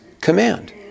command